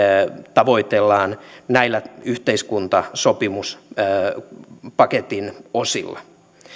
tavoitellaan näillä yhteiskuntasopimuspaketin osilla